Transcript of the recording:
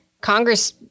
Congress